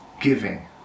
giving